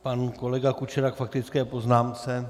Pan kolega Kučera k faktické poznámce.